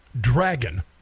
dragon